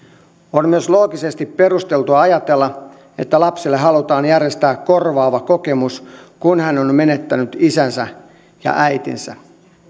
on myös loogisesti perusteltua ajatella että lapselle halutaan järjestää korvaava kokemus kun hän on menettänyt isänsä ja äitinsä